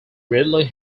ridley